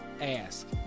ask